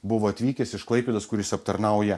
buvo atvykęs iš klaipėdos kuris aptarnauja